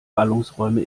ballungsräume